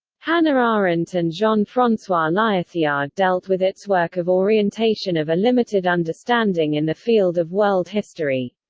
hannah arendt and jean-francois lyotard dealt with its work of orientation of a limited understanding in the field of world history.